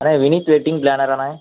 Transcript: அண்ண வினி வெட்டங் பிளானராானண்ண